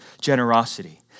generosity